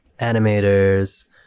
animators